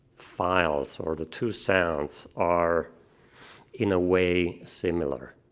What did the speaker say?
files, or the two sounds, are in a way similar.